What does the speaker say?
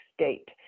state